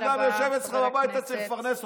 שהבן אדם יושב אצלך בבית, אתה צריך לפרנס אותו.